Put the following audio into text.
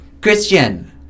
Christian